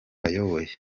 bayoboye